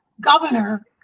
governor